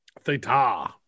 theta